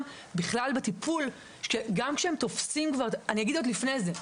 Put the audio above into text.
בכלל בטיפול גם כשהם תופסים אני אגיד עוד לפני זה,